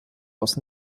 aus